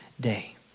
day